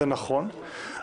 זה נכון,